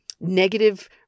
negative